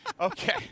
Okay